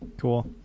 Cool